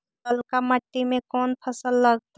ललका मट्टी में कोन फ़सल लगतै?